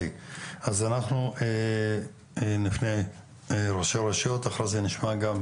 אנחנו נפנה לראשי הרשויות ולאחר מכן נשמע גם את